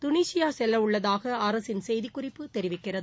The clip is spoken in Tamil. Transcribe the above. துனிசியா செல்லவுள்ளதாக அரசின் செய்திக்குறிப்பு தெரிவிக்கிறது